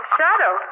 shadow